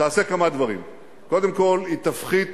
תעשה כמה דברים: קודם כול, היא תפחית